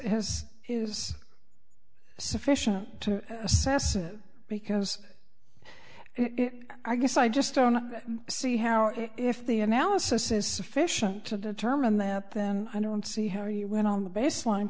has is sufficient to assess it because it i guess i just don't see how if the analysis is sufficient to determine that then i don't see how you went on the baseline